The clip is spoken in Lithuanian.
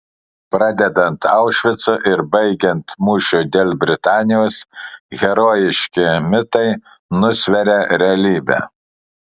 pradedant aušvicu ir baigiant mūšiu dėl britanijos herojiški mitai nusveria realybę